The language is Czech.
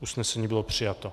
Usnesení bylo přijato.